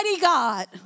God